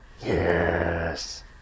Yes